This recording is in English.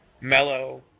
mellow